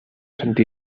sant